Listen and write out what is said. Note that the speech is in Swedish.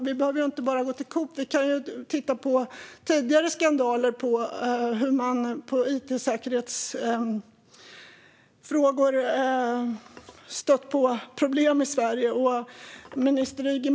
Vi behöver inte bara titta på Coop, utan vi kan titta på tidigare skandaler då vi har stött på problem i Sverige inom it-säkerhetsfrågor.